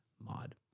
mod